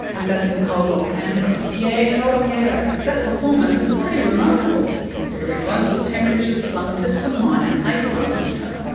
and that's in cold old canberra. yeah, in cold old canberra. that performance is pretty remarkable considering local temperatures plummeted to minus eight last winter.